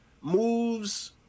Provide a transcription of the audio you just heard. moves